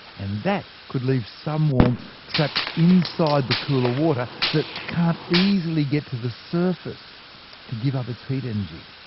and that could leave some warmth trapped inside the cooler water, that can't easily get to the surface to give up its heat energy.